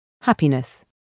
Happiness